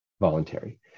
voluntary